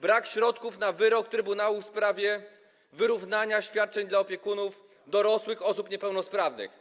Brak środków na realizację wyroku trybunału w sprawie wyrównania świadczeń dla opiekunów dorosłych osób niepełnosprawnych.